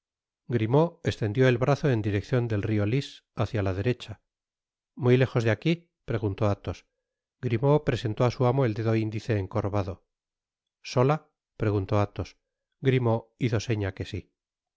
grimaud estendió el brazo en la direccion del rio lys hácia la derecha muy lejos de aqui preguntó athos grimau'l presentó á su amo el dedo indice encorvado sota preguntó athos i i grimaud hizo seña que si i